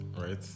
right